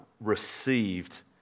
received